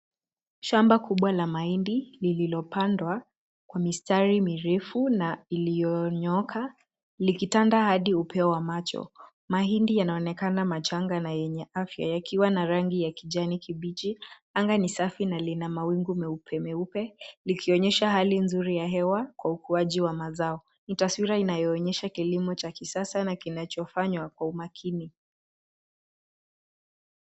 Shamba kubwa la mahindi iliyopandwa kwa mistari mirefu na iliyonyooka likitanda hadi upeo wa macho. Mahindi yanaonekana machanga na yenye afya yakiwa na rangi ya kijani kibichi. Anga ni safi na lina mawingu meupe meupe likionyesha hali nzuri ya hewa kwa ukuaji wa mazao. Ni taswira inayoonyesha kilimo cha kisasa na kinachofanywa kwa umakini.